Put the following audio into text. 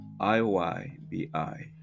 IYBI